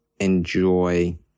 enjoy